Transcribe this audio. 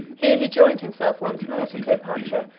here he joined himself once more to cleopatra,